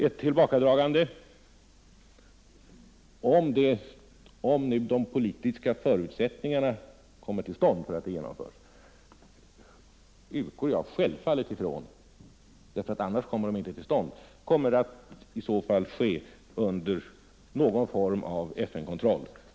Ett tillbakadragande — om de politiska förutsättningarna för att ett sådant genomförs kommer till stånd, men det utgår jag från som självklart, därför att det annars inte kommer till stånd — sker i så fall under någon form av FN-kontroll.